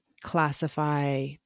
classify